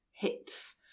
hits